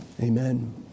Amen